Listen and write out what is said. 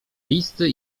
listy